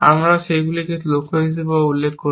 আমরা সেগুলিকে লক্ষ্য হিসাবেও উল্লেখ করব